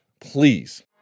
Please